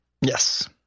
Yes